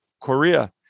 Korea